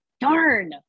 darn